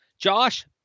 Josh